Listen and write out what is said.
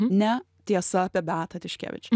ne tiesa apie beatą tiškevič